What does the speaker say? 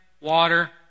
water